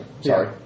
Sorry